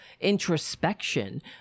introspection